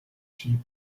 sheep